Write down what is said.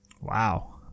Wow